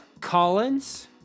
Collins